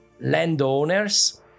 landowners